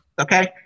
Okay